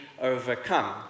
overcome